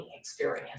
experience